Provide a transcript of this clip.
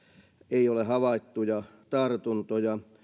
ei ole havaittuja tartuntoja